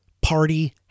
party